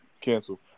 cancel